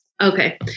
Okay